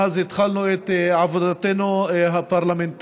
מאז התחלנו את עבודתנו הפרלמנטרית,